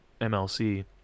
MLC